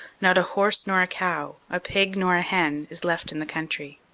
not a horse nor a cow, a pig nor a hen, is left in the country.